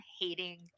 hating